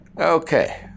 Okay